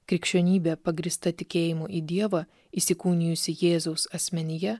krikščionybė pagrįsta tikėjimu į dievą įsikūnijusį jėzaus asmenyje